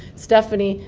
stephanie,